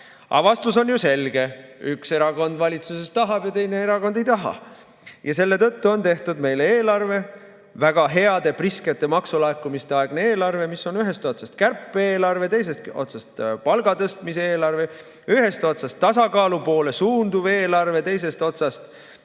Vastus on selge: üks erakond valitsuses tahab ja teine erakond ei taha. Ja selle tõttu on tehtud meile eelarve, väga heade, priskete maksulaekumiste aegne eelarve, mis on ühest otsast kärpe-eelarve, teisest otsast palga tõstmise eelarve, ühest otsast tasakaalu poole suunduv eelarve, teisest otsast